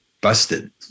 busted